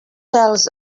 else